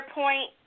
point